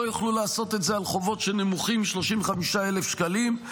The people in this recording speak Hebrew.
לא יוכלו לעשות את זה על חובות שהם נמוכים מ-35,000 שקלים,